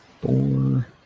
four